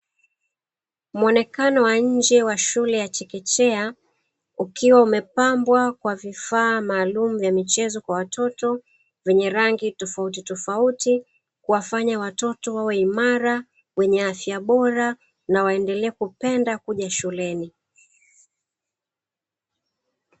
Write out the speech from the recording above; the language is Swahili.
Mwonekano wa nje wa shule ya chekechea, ukiwa umepambwa kwa vifaa maalumu vya michezo ya watoto vyenye rangi tofautitofauti, kuwafanya watoto wawe imara wenye afya bora na waendelee kupenda kuja shuleni.